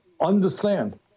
understand